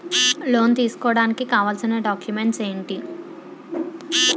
Loan తీసుకోడానికి కావాల్సిన documents ఎంటి?